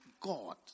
God